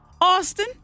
Austin